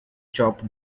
chopped